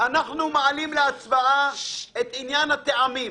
אנחנו מעלים להצבעה את עניין הטעמים.